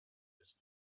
des